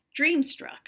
dreamstruck